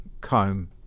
comb